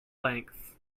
length